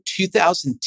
2010